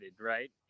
right